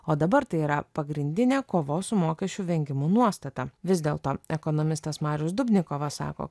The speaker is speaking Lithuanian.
o dabar tai yra pagrindinė kovos su mokesčių vengimu nuostata vis dėlto ekonomistas marius dubnikovas sako